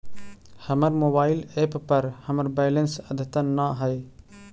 हमर mobile app पर हमर बैलेंस अद्यतन ना हई